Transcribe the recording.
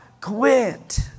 quit